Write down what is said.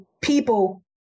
people